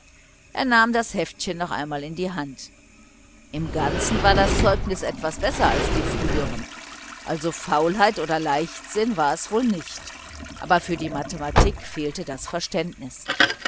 er nahm das heftchen noch einmal in die hand im ganzen war das zeugnis etwas besser als die früheren also faulheit oder leichtsinn war es wohl nicht aber für die mathematik fehlte das verständnis